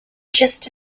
just